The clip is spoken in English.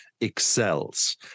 excels